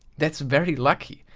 that's very lucky,